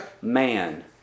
man